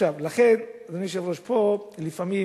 לכן, אדוני היושב-ראש, לפעמים,